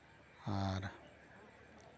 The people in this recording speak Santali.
ᱟᱨ